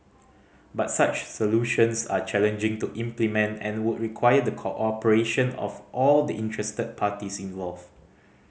but such solutions are challenging to implement and would require the cooperation of all the interested parties involved